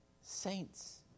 saints